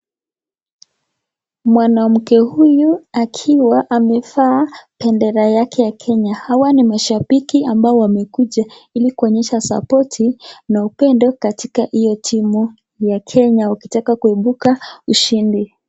Mwanamke huyu akiwa amefaa pendera yake ya Kenya hawa ni mashabiki ambao wamekuja hili kuonyesha sapoti na upendo katika hiyo timu ya Kenya ukitaka kuipuka ushindi.